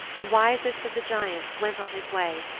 the wisest of the giants, went on his way,